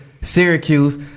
Syracuse